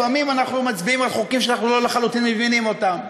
לפעמים אנחנו מצביעים על חוקים שאנחנו לא לחלוטין מבינים אותם.